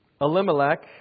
Elimelech